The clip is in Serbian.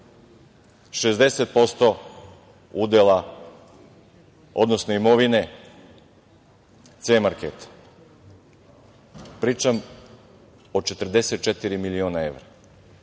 60% udela, odnosno imovine C marketa. Pričam o 44 miliona evra,